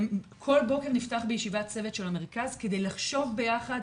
כל בוקר נפתח בישיבת צוות של המרכז כדי לחשוב ביחד,